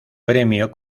premio